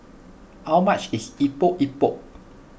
how much is Epok Epok